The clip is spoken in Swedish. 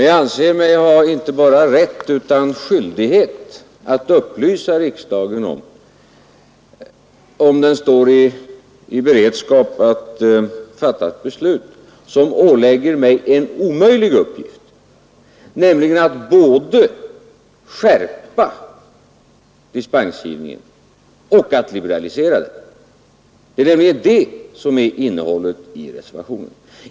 Jag anser mig ha inte bara rätt utan även skyldighet att upplysa riksdagen att den står i begrepp att fatta ett beslut, som ålägger mig en omöjlig uppgift, nämligen att både skärpa dispensgivningen och att liberalisera den. Det är nämligen innehållet i reservationen.